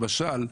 למשל,